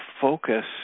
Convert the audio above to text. focus